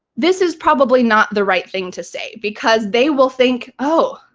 this is probably not the right thing to say, because they will think, oh,